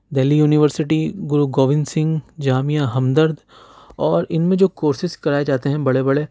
Delhi university Guru Gobind Singh Jamia Hamdard اور ان میں جو کورسیز کرائے جاتے ہیں بڑے بڑے